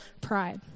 pride